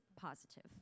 positive